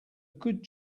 good